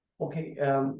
Okay